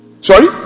sorry